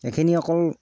এইখিনি অকল